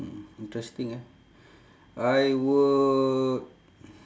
interesting ah I would